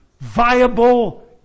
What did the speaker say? viable